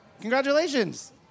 Congratulations